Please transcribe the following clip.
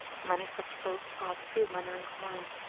many such thoughts passed through mainwaring's mind,